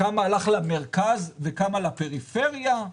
כמה למרכז וכמה לפריפריה?